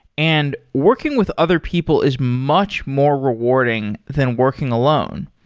and working with other people is much more rewarding than working alone.